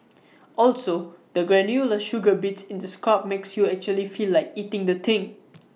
also the granular sugar bits in the scrub makes you actually feel like eating the thing